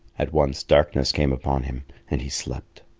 at once darkness came upon him and he slept.